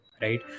right